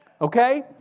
Okay